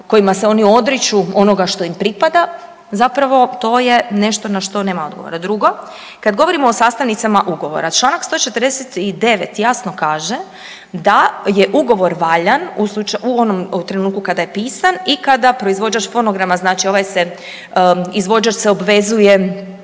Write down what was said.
kojima se oni odriču onoga što im pripada, zapravo to je nešto na što nema odgovora. Drugo, kada govorimo o sastavnicama ugovora, članak 149. jasno kaže da je ugovor valjan u trenutku kada je pisan i kada proizvođač fonograma znači ovaj se izvođač se obvezuje